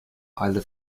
alle